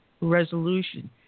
resolution